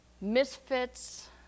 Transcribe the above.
Misfits